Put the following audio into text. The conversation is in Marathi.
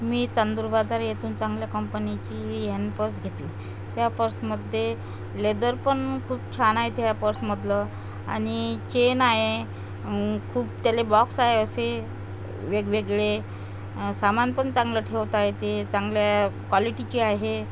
मी चांदुर बाजार येथून चांगल्या कंपनीची हॅन्दपर्स घेतली त्या पर्समध्ये लेदर पण खूप छान आहे त्या पर्समधलं आणि चेन आहे खूप त्याला बॉक्स आहे असे वेगवेगळे सामान पण चांगलं ठेवता येते चांगल्या क्वालिटीची आहे